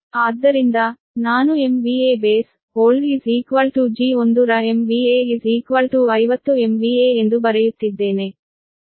ಆದ್ದರಿಂದ ನಾನು B old G1 ರ MVA 50 MVA ಎಂದು ಬರೆಯುತ್ತಿದ್ದೇನೆ